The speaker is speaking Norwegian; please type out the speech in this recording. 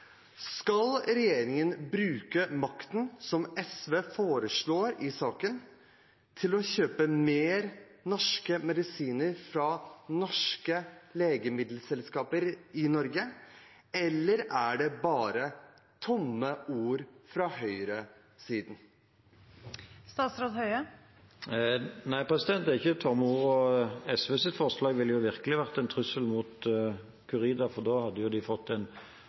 Skal regjeringen bruke makten, som SV foreslår i saken, til å kjøpe mer norske medisiner fra norske legemiddelselskaper i Norge, eller er det bare tomme ord fra høyresiden? Nei, det er ikke tomme ord, og SVs forslag ville virkelig vært en trussel mot Curida, for da hadde de fått en